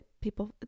people